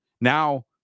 Now